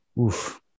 Oof